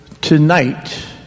tonight